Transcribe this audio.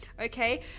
Okay